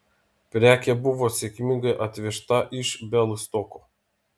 prekė buvo sėkmingai atvežta iš bialystoko